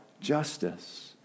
justice